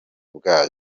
bwayo